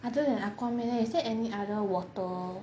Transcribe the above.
other than aquaman eh is there any other water